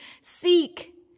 seek